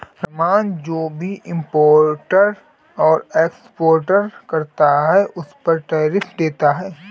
रहमान जो भी इम्पोर्ट और एक्सपोर्ट करता है उस पर टैरिफ देता है